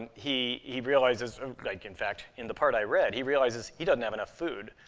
he he realizes like, in fact, in the part i read, he realizes he doesn't have enough food,